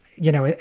you know.